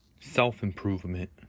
self-improvement